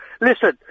Listen